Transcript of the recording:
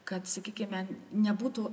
kad sakykime nebūtų